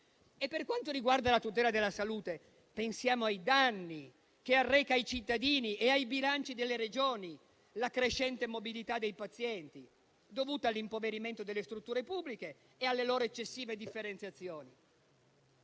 Per quanto riguarda la tutela della salute, pensiamo ai danni che arreca ai cittadini e ai bilanci delle Regioni la crescente mobilità dei pazienti, dovuta all'impoverimento delle strutture pubbliche e alle loro eccessive differenziazioni.